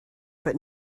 but